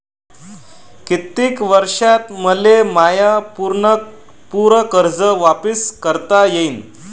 कितीक वर्षात मले माय पूर कर्ज वापिस करता येईन?